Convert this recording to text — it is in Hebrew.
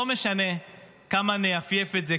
לא משנה כמה נייפייף את זה,